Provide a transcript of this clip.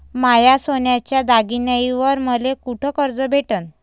माया सोन्याच्या दागिन्यांइवर मले कुठे कर्ज भेटन?